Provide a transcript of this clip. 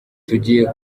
tugiye